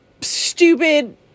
stupid